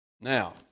Now